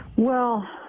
well